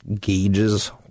gauges